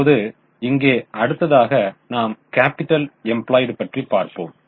இப்போது இங்கே அடுத்ததாக நாம் கேப்பிடல் எம்ப்ளயிடு பற்றி பார்ப்போம்